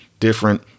different